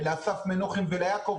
לאסף מנוחין וליעקב.